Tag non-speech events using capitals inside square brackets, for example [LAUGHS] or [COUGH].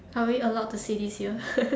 are we allowed to say this here [LAUGHS]